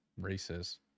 races